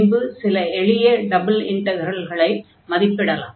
பின்பு சில எளிய டபுள் இன்டக்ரல்களை மதிப்பிடலாம்